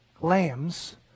lambs